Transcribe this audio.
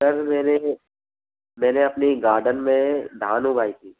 sir मैंने मैंने अपने गार्डन में धान उगाई थी